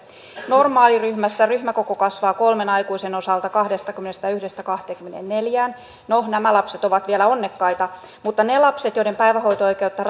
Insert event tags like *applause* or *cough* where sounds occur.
normaaliryhmässä ryhmäkoko kasvaa kolmen aikuisen osalta kahdestakymmenestäyhdestä kahteenkymmeneenneljään no nämä lapset ovat vielä onnekkaita mutta ne lapset joiden päivähoito oikeutta *unintelligible*